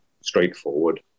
straightforward